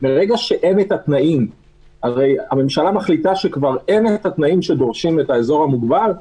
מרגע שהממשלה מחליטה שכבר אין התנאים שדורשים את האזור המוגבל,